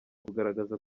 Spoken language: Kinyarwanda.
kugaragaza